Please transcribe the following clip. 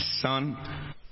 son